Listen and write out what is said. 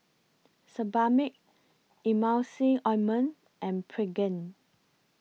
Sebamed Emulsying Ointment and Pregain